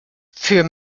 für